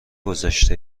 گذاشته